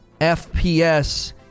fps